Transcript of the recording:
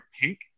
pink